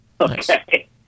Okay